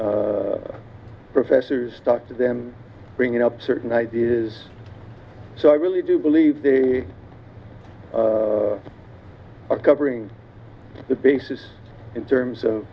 the professors stuck to them bringing up certain ideas so i really do believe they are covering the bases in terms of